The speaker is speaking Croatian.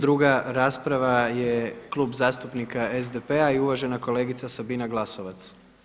Druga rasprava je Klub zastupnika SDP-a i uvažena kolegica Sabina Glasovac.